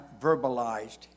verbalized